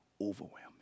overwhelming